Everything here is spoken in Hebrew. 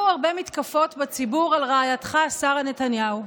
הרבה מתקפות בציבור על רעייתך שרה נתניהו.